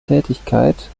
tätigkeit